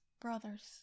brothers